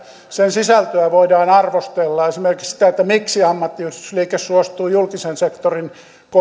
sen sisältöä voidaan arvostella esimerkiksi sitä miksi ammattiyhdistysliike suostui julkisen sektorin